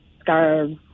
scarves